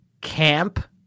camp